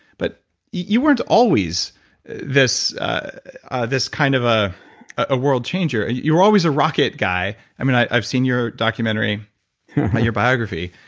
but you weren't always this ah this kind of ah a world changer. you were always a rocket guy. i mean, i've seen your documentary and your biography.